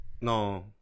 No